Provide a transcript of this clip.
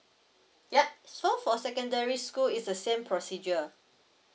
yup so for secondary school is the same procedure